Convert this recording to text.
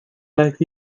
life